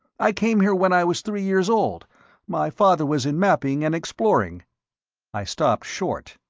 i came here when i was three years old my father was in mapping and exploring i stopped short,